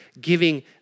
giving